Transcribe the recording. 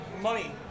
money